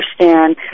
understand